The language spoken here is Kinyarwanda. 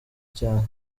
cyane